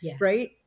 right